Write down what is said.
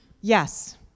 Yes